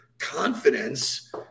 confidence